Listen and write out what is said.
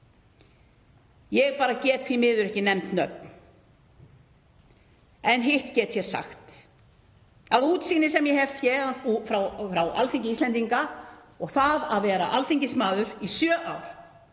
Ég get því miður ekki nefnt nöfn en hitt get ég sagt að útsýnið sem ég hef héðan frá Alþingi Íslendinga og eftir að hafa verið alþingismaður í sjö ár